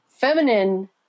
feminine